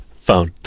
Phone